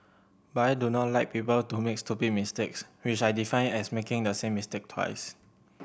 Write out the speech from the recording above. but I do not like people to make stupid mistakes which I define as making the same mistake twice